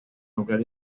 nuclear